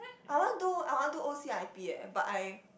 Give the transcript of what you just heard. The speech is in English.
I want do I want do O_C_I_P eh but I